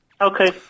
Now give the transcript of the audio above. Okay